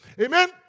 Amen